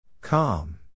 Calm